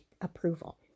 approval